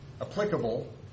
applicable